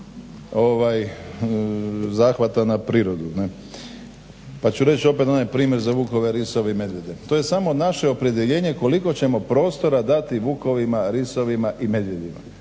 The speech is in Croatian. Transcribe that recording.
zahvata na prirodu. Pa ću reći opet onaj primjer za vukove, risove i medvjede. To je samo naše opredjeljenje koliko ćemo prostora dati vukovima, risovima i medvjedima,